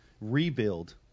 rebuild